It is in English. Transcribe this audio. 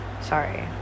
sorry